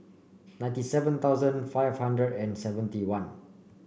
ninety seven thousand five hundred and seventy one